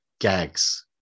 gags